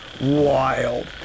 wild